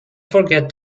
forget